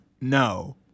no